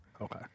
Okay